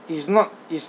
it's not it's